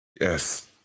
Yes